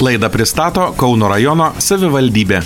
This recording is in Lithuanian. laidą pristato kauno rajono savivaldybė